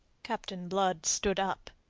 captain blood stood up.